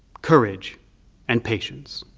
courage and patience,